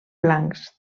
blancs